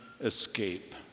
escape